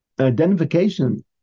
Identification